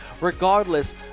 regardless